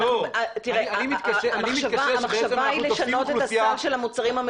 אני מתקשה שבעצם אנחנו תופסים אוכלוסייה -- תראה